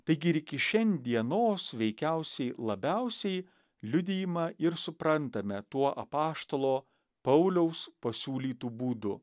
taigi ir iki šiandienos veikiausiai labiausiai liudijimą ir suprantame tuo apaštalo pauliaus pasiūlytu būdu